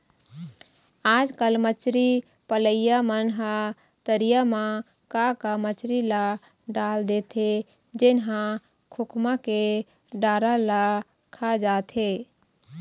आजकल मछरी पलइया मन ह तरिया म का का मछरी ल डाल देथे जेन ह खोखमा के डारा ल खा जाथे